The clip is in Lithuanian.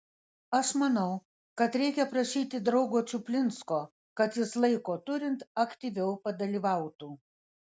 aš manau kad reikia prašyti draugo čuplinsko kad jis laiko turint aktyviau padalyvautų